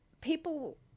people –